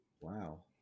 wow